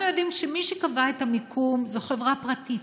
אנחנו יודעים שמי שקבע את המיקום זאת חברה פרטית.